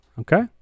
Okay